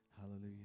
Hallelujah